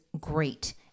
great